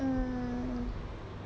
hmm